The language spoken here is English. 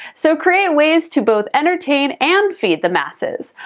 so create ways to both entertain and feed the masses.